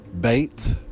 bait